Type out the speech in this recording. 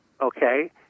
okay